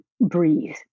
breathe